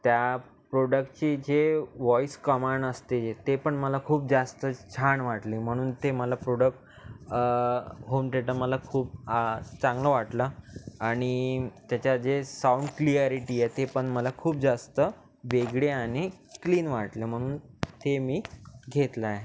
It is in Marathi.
त्या प्रोडकची जे वॉईस कमाण असते जे ते पण मला खूप जास्त छान वाटली म्हणून ते मला प्रोडक होम थेटं मला खूप आ चांगलं वाटला आणि त्याच्यात जे साऊंड क्लिअॅरिटी आहे ते पण मला खूप जास्त वेगळे आणि क्लीन वाटलं म्हणून ते मी घेतला आहे